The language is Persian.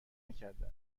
نکرده